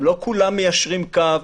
הם לא כולם מיישרים קו,